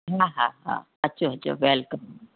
हा हा हा अचो अचो वेल्कम